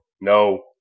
No